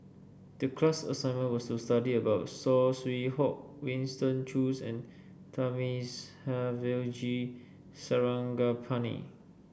the class assignment was to study about Saw Swee Hock Winston Choos and Thamizhavel G Sarangapani